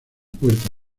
puerta